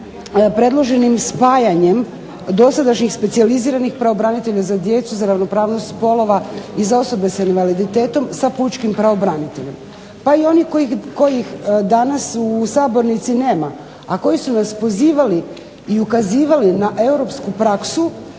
predloženim spajanjem dosadašnjih specijaliziranih pravobranitelja za djecu, za ravnopravnost spolova i za osobe s invaliditetom sa pučkim pravobraniteljem, pa i oni kojih danas u sabornici nema, a koji su nas pozivali i ukazivali na europsku praksu,